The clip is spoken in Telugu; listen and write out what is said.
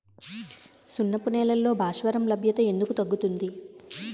సున్నపు నేలల్లో భాస్వరం లభ్యత ఎందుకు తగ్గుతుంది?